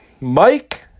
Mike